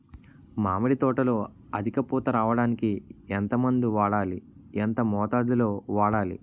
మామిడి తోటలో అధిక పూత రావడానికి ఎంత మందు వాడాలి? ఎంత మోతాదు లో వాడాలి?